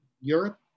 Europe